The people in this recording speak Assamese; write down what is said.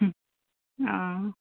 ও অ